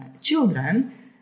children